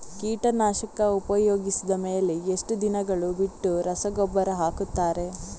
ಕೀಟನಾಶಕ ಉಪಯೋಗಿಸಿದ ಮೇಲೆ ಎಷ್ಟು ದಿನಗಳು ಬಿಟ್ಟು ರಸಗೊಬ್ಬರ ಹಾಕುತ್ತಾರೆ?